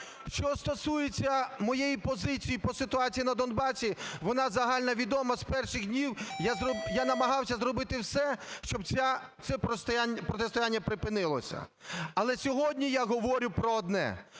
Що стосується моєї позиції по ситуації на Донбасі, вона загальновідома, з перших днів я намагався зробити все, щоб це протистояння припинилося. Але сьогодні я говорю про одне: